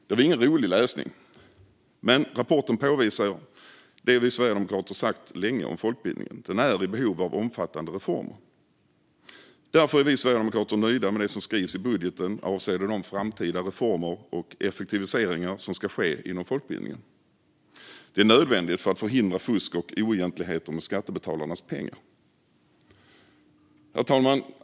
Det var ingen rolig läsning, men rapporten påvisar det vi sverigedemokrater länge har sagt om folkbildningen, nämligen att den är i behov av omfattande reformer. Därför är vi sverigedemokrater nöjda med det som skrivs i budgeten avseende de framtida reformer och effektiviseringar som ska ske inom folkbildningen. Det är nödvändigt för att förhindra fusk och oegentligheter med skattebetalarnas pengar. Herr talman!